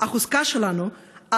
החוזקה שלנו,